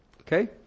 Okay